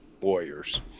Warriors